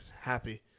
Happy